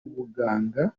ubuganga